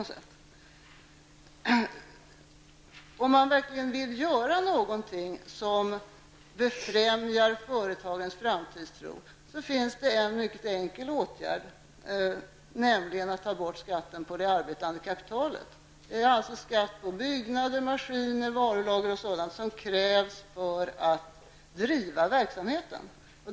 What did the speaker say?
Om han verkligen vill göra någonting för att befrämja företagens framtidstro, finns det en mycket enkel åtgärd, nämligen att ta bort skatten på det arbetande kapitalet, dvs. skatten på byggnader, maskiner, varulager och annat som krävs för att driva verksamheten.